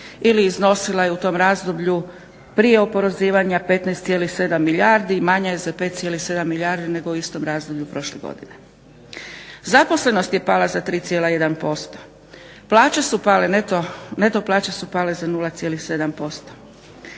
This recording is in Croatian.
ili iznosila je u tom razdoblju prije oporezivanja 15,7 milijardi i manja je za 5,7 milijardi nego u istom razdoblju prošle godine. Zaposlenost je pala za 3,1%, plaće su pale,